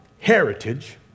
heritage